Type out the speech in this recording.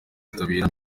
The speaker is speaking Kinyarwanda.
kwitabira